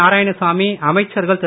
நாராயணசாமி அமைச்சர்கள் திரு